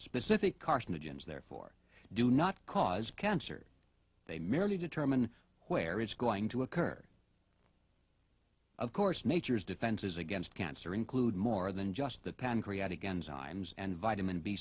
specific carcinogens therefore do not cause cancer they merely determine where it's going to occur of course nature's defenses against cancer include more than just the pancreatic enzymes and vitamin b